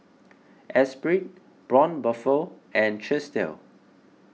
Esprit Braun Buffel and Chesdale